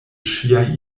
ŝiaj